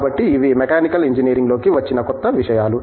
కాబట్టి ఇవి మెకానికల్ ఇంజనీరింగ్లోకి వచ్చిన కొత్త విషయాలు